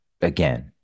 again